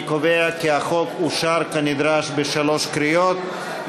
אני קובע כי החוק אושר כנדרש בשלוש קריאות.